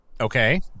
Okay